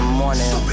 morning